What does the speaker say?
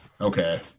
Okay